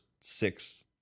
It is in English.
six